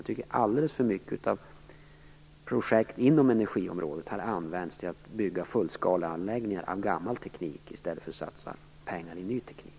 Jag tycker att alldeles för många projekt på energiområdet har använts till att bygga fullskaleanläggningar med gammal teknik i stället för att satsa pengar i ny teknik.